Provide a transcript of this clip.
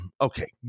Okay